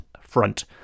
front